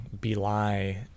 belie